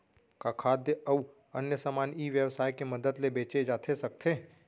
का खाद्य अऊ अन्य समान ई व्यवसाय के मदद ले बेचे जाथे सकथे?